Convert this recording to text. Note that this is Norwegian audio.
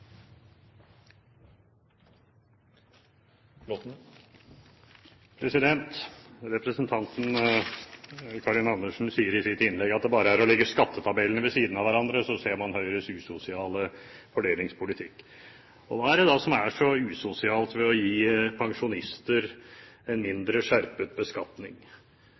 gå. Representanten Karin Andersen sier i sitt innlegg at det bare er å legge skattetabellene ved siden av hverandre, så ser man Høyres usosiale fordelingspolitikk. Hva er det som er så usosialt ved å gi pensjonister en mindre skjerpet beskatning?